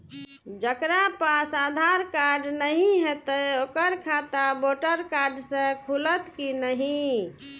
जकरा पास आधार कार्ड नहीं हेते ओकर खाता वोटर कार्ड से खुलत कि नहीं?